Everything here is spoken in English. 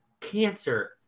cancer